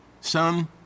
Son